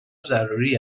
ضروری